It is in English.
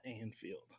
Anfield